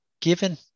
given